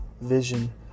vision